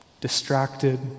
distracted